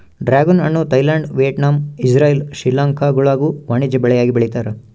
dragon ಹಣ್ಣು Thailand Vietnam Israel ಶ್ರೀಲಂಕಾಗುಳಾಗ ವಾಣಿಜ್ಯ ಬೆಳೆಯಾಗಿ ಬೆಳೀತಾರ